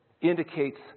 indicates